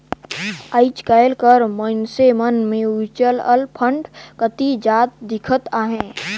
आएज काएल कर मइनसे मन म्युचुअल फंड कती जात दिखत अहें